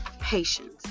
Patience